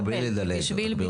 הוא אומר בלי לדלג, בירוקרטיה.